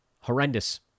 Horrendous